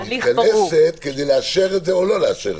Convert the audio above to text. היא מתכנסת כדי לאשר את זה או לא לאשר את זה.